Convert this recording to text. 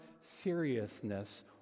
seriousness